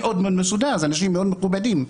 אלה אנשים מאוד מכובדים.